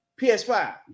PS5